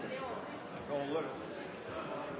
det, og